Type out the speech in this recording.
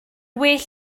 well